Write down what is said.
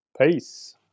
Peace